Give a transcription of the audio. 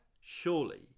surely